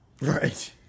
Right